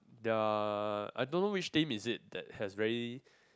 they're I don't know which team is it that has very